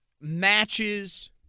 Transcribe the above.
matches